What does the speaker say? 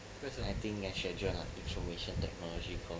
I think I should have joined an information technology course